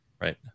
Right